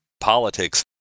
politics